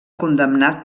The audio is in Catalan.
condemnat